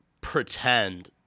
pretend